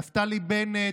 נפתלי בנט,